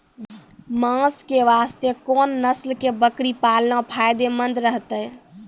मांस के वास्ते कोंन नस्ल के बकरी पालना फायदे मंद रहतै?